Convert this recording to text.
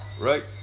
right